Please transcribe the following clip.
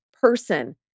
person